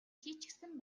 хийчихсэн